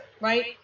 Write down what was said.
right